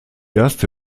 erste